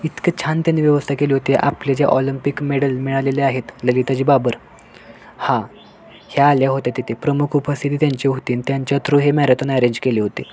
इतकं छान त्यांनी व्यवस्था केली होती आपले जे ऑलम्पिक मेडल मिळालेले आहेत ललिताजी बाबर हा ह्या आल्या होत्या तिथे प्रमुख उपस्थिती त्यांची होती न त्यांच्या थ्रू हे मॅरेथॉन ॲरेंज केली होती